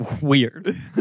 Weird